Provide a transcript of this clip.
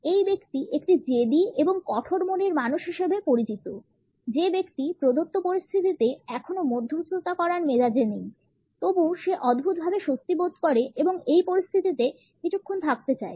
এই ব্যক্তি একটি জেদী এবং কঠোর মনের মানুষ হিসেবে পরিচিত যে ব্যক্তি প্রদত্ত পরিস্থিতিতে এখনও মধ্যস্থতা করার মেজাজে নেই তবে সে অদ্ভুতভাবে স্বস্তি বোধ করে এবং এই পরিস্থিতিতে কিছুক্ষণ থাকতে চায়